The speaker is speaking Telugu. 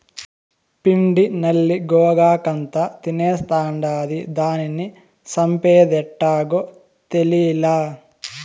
పిండి నల్లి గోగాకంతా తినేస్తాండాది, దానిని సంపేదెట్టాగో తేలీలా